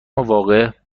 واقعه